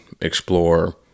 explore